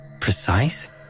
precise